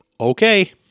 Okay